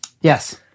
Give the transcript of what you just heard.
Yes